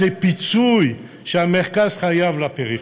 זה פיצוי שהמרכז חייב לפריפריה,